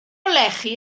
lechi